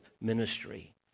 ministry